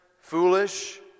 foolish